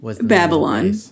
Babylon